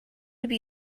would